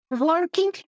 working